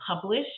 publish